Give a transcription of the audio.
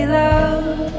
love